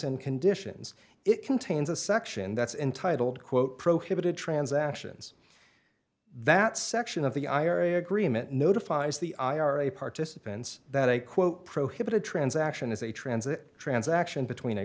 and conditions it contains a section that's entitled quote prohibited transactions that section of the ira agreement notifies the ira participants that a quote prohibited transaction is a transit transaction between